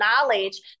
knowledge